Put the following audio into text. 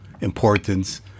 importance